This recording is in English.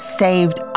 saved